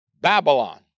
Babylon